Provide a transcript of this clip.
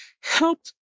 helped